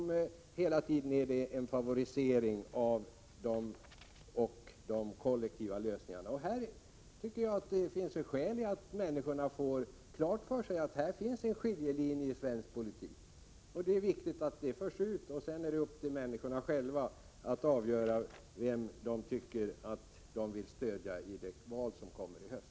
Det är viktigt att klargöra för människor att det här finns en skiljelinje i svensk politik. Sedan är det upp till människorna själva att avgöra vem de vill stödja i valet i höst.